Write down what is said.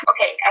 Okay